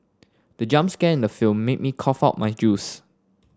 the jump scare in the film made me cough out my juice